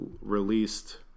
released